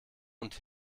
und